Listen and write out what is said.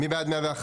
מי בעד 101?